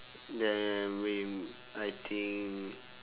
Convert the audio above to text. I think